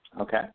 Okay